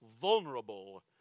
vulnerable